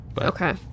Okay